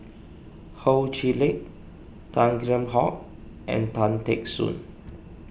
Ho Chee Lick Tan Kheam Hock and Tan Teck Soon